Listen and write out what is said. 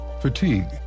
fatigue